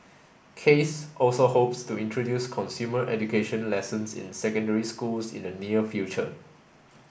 case also hopes to introduce consumer education lessons in secondary schools in the near future